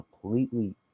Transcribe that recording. completely